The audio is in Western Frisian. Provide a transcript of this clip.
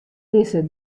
dizze